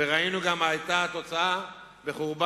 וראינו גם מה היתה התוצאה בחורבן